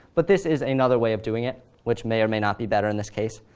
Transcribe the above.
but this is another way of doing it, which may or may not be better in this case.